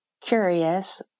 curious